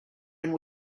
and